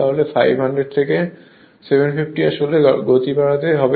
তাহলে 500 থেকে 750 আসলে গতি বাড়াতে হবে